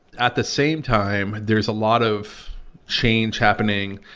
at the same time there is a lot of change happening,